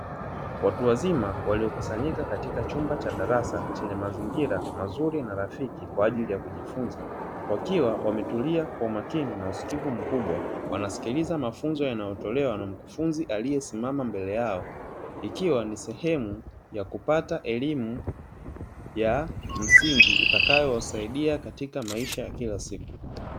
Watu wazima waliokusanyika katika chumba cha darasa, chenye mazingira mazuri na rafiki kwa ajili ya kujifunza, wakiwa wametulia kwa umakini na usikivu mkubwa. Wanasikiliza mafunzo yanayotolewa na mkufunzi aliyesimama mbele yao, ikiwa ni sehemu ya kupata elimu ya msingi itakayowasaidia katika maisha ya kila siku.